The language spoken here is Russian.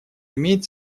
имеет